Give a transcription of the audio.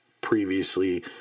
previously